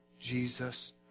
Jesus